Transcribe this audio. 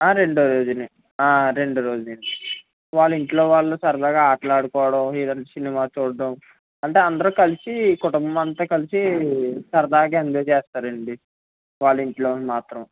రెండో రోజుని రెండో రోజుని వాళ్ళ ఇంట్లో వాళ్ళే సరదాగా ఆటలు ఆడుకోవటం ఏదైనా సినిమా చూడటం అంటే అందరూ కలిసి కుటుంబం అంతా కలిసి సరదాగా ఎంజాయి చేస్తారండి వాళ్ళింట్లోని మాత్రం